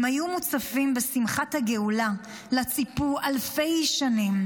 הם היו מוצפים בשמחת הגאולה שציפו לה אלפי שנים.